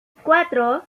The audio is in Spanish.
cuatro